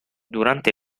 durante